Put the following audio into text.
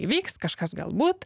įvyks kažkas galbūt